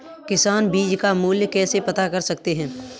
किसान बीज का मूल्य कैसे पता कर सकते हैं?